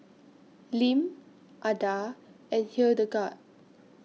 Lim Adah and Hildegarde